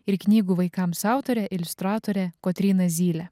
ir knygų vaikams autore iliustratore kotryna zyle